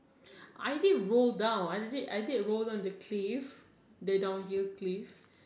I did roll down I did it I did roll down the cliff the downhill cliff